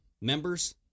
members